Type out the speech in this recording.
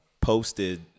posted